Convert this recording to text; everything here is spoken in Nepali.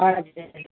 हजुर